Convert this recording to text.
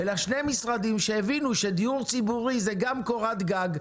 שני המשרדים הבינו שדיור ציבורי זה גם קורת גג,